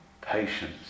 patience